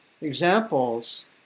examples